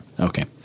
Okay